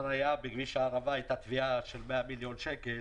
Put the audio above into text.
בכביש הערבה הייתה תביעה על 100 מיליון שקל.